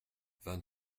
vingt